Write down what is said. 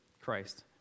Christ